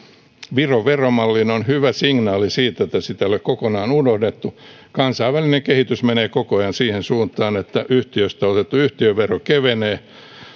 viron veromalliin se on hyvä signaali siitä että sitä ei ole kokonaan unohdettu kansainvälinen kehitys menee koko ajan siihen suuntaan että yhtiöstä otettu yhtiövero kevenee